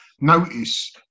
notice